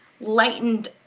lightened